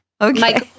Okay